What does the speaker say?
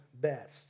best